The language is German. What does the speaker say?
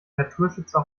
naturschützer